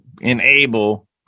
enable